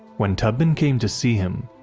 when tubman came to see him,